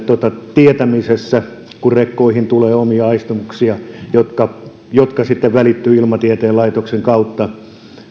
tietämisessä kun rekkoihin tulee omia aistimuksia jotka jotka sitten välittyvät ilmatieteen laitoksen kautta